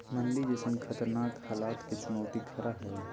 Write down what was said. मंदी जैसन खतरनाक हलात के चुनौती खरा हइ